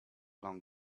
long